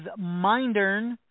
Mindern